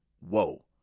Whoa